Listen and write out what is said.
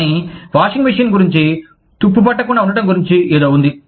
కానీ washing machine గురించి తుప్పు పట్టకుండా ఉండటం గురించి ఏదో ఉంది